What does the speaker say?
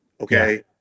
Okay